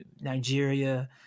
Nigeria